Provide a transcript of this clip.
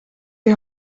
die